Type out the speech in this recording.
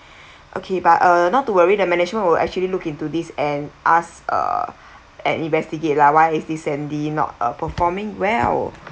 okay but uh not to worry the management will actually look into this and ask uh and investigate lah why is this sandy not uh performing well